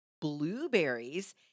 blueberries